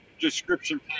description